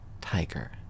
tiger